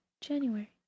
January